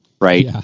right